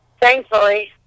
thankfully